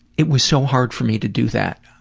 it was so hard for me to do that.